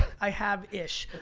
i have ish.